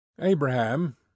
Abraham